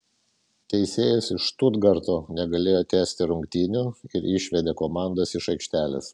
teisėjas iš štutgarto negalėjo tęsti rungtynių ir išvedė komandas iš aikštės